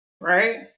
right